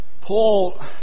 Paul